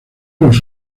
los